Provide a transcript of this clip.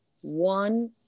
one